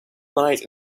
night